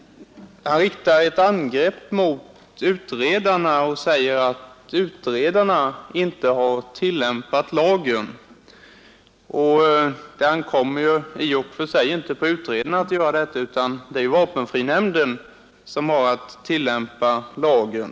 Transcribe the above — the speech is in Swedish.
Han riktar ett angrepp mot utredarna och säger att de inte har tillämpat lagen. Det ankommer i och för sig inte på utredarna att göra detta, utan det är vapenfrinämnden som har att tillämpa lagen.